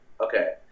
okay